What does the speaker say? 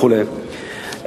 וכו'.